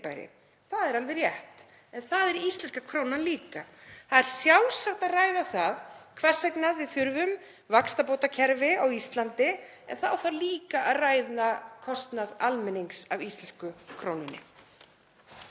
Það er alveg rétt, en það er íslenska krónan líka. Það er sjálfsagt að ræða það hvers vegna við þurfum vaxtabótakerfi á Íslandi en þá þarf líka að ræða kostnað almennings af íslensku krónunni.